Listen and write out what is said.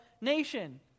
nation